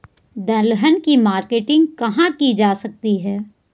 दलहन की मार्केटिंग कहाँ की जा सकती है?